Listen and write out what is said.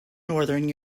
northern